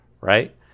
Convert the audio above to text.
Right